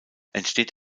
entsteht